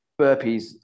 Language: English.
burpees